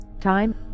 Time